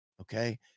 okay